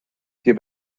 wir